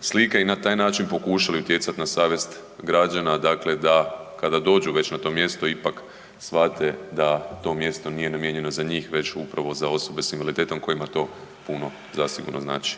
slike i na taj način pokušali utjecati na savjest građana, dakle da kada dođu već na to mjesto ipak shvate da to mjesto nije namijenjeno za njih već upravo za osobe s invaliditetom kojima to puno zasigurno znači.